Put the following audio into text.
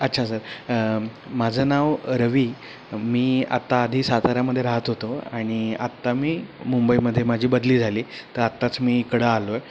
अच्छा सर माझं नाव रवी मी आत्ता आधी साताऱ्यामध्ये राहत होतो आणि आत्ता मी मुंबईमध्ये माझी बदली झाली तर आत्ताच मी इकडं आलो आहे